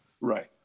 Right